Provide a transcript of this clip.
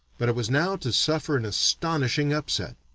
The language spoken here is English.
but it was now to suffer an astonishing upset.